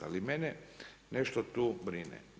Ali, mene nešto tu brine.